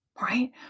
right